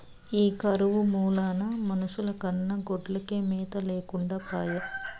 ఈ కరువు మూలాన మనుషుల కన్నా గొడ్లకే మేత లేకుండా పాయె